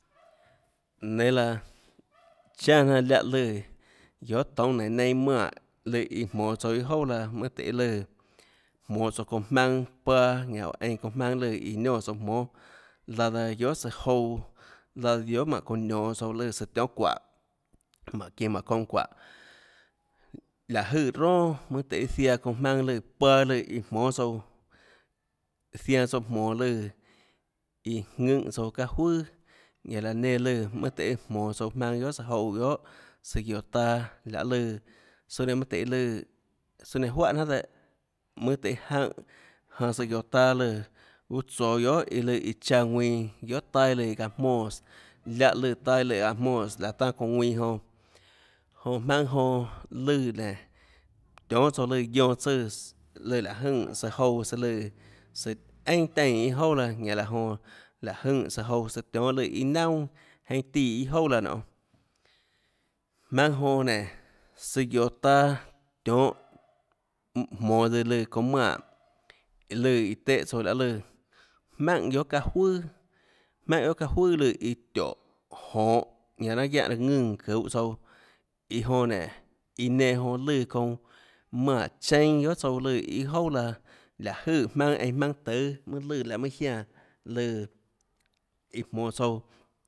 Nénâ laã chanà jnanà láhã lùã guiohà toúnâ nenå neinâ manè lùã iã jmonå tsouã iâ jouà laã mønâ tøhê lùã jmonå tsouã çounã jmaønâ paâ ñanã oå einã çounã jmaønâ lùã iã niónã tsouã jmónâ laã daã guiohà søã jouã laã daã guiohà mánhå çounã nionå tsouãtsøã tionhâ çuáhå mánhå çinå jmánhå çounã çuáhå láhå jøè ronà mønâ tøhê ziaã çounã jmaønâ paâ lùã iã jmónâ tsouã zianã tsouã jmonå lùã iã ðùnhå tsouã çaâ juøà ñanã laã nenã lùã mønâ tøhê jmonå tsouã jmaønâ guiohà søã jouã guiohà søã guioå taâ lahê lùã sùà nenã mønâ tøhê lùã søâ nenã juáhà jnanhà dehâ mønâ tøhê jaùnhã janã søã guioå taâ lùã guã tsoå guiohà iã lùã iã chaã ðuinã guiohà taâ iã lùã çaã jmónãs láhã lùã taâ iã aã jmónãs láhå tanâ jmaønâ ðuinã jonã jonã jmaønâ jonã lùã nénå tionhâ tsouâ lùã guionã tsùãs lùã láhå jønè søã jouã tsøã lùã søã einà teínã iâ jouà laã ñanã laå jonã láhå jønè søã jouã tionhâ lùã iâ naunà jeinhâ tíã iâ jouà laã nionê jmaønâ jonã nénå søã guioå taâ tionhâ jmonå tsøã lùã çounã manè iâ lùã iã téhã tsouã lahê lùã jmaùnhà guiohà çaâ juøà jmaùnhà guiohà çaâ juøàlùã iãtióhå jonhå ñanã raâ guiáhã raâ ðùnã çuhå tsouã iã jonã nénå iã nenã jonã lùã çounã manè cheinâ guiohà tsouã lùã iâ jouà laã láhå jøè einã jmaønâ tùâ mønâ lùã laå mønâ jiánãlùã iã jmonå tsouã